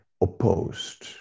opposed